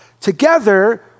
Together